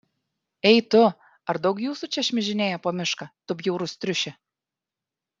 ei tu ar daug jūsų čia šmižinėja po mišką tu bjaurus triuši